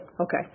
Okay